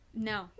No